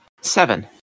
Seven